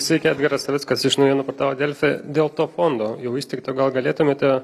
sveiki edgaras savickas iš naujienų portalo delfi dėl to fondo jau įsteigto gal galėtumėte